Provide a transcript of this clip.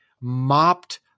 mopped